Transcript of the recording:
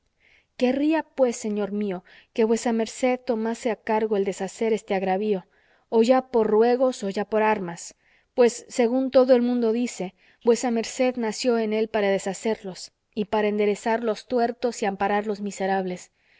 querría pues señor mío que vuesa merced tomase a cargo el deshacer este agravio o ya por ruegos o ya por armas pues según todo el mundo dice vuesa merced nació en él para deshacerlos y para enderezar los tuertos y amparar los miserables